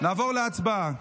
נעבור להצבעה.